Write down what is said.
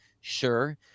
sure